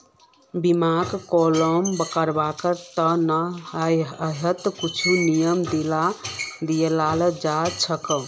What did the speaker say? बीमाक क्लेम करवार त न यहात कुछु नियम दियाल जा छेक